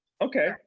Okay